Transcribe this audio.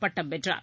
பட்டம் வென்றார்